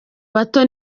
bato